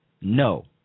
no